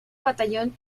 batallón